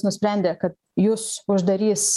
nusprendė ka jus uždarys